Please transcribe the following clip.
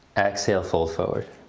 exhale, fold forward.